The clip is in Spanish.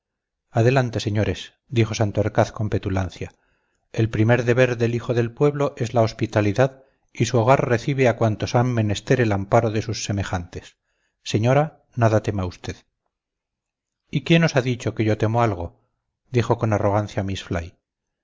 adelante señores dijo santorcaz con petulancia el primer deber del hijo del pueblo es la hospitalidad y su hogar recibe a cuantos han menester el amparo de sus semejantes señora nada tema usted y quién os ha dicho que yo temo algo dijo con arrogancia miss